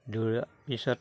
দৌৰাৰ পিছত